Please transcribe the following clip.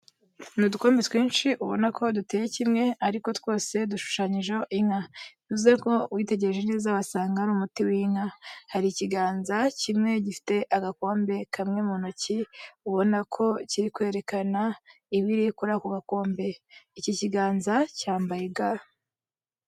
Ni udukombe twinshi ubona ko duteye kimwe, ariko twose dushushanyijeho inka bivuze ko witegereje neza wasanga ari umuti w'inka, hari ikiganza kimwe gifite agakombe kamwe mu ntoki, ubona ko kiri kwerekana ibiri kuri ako gakombe, iki kiganza cyambaye ga.